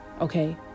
okay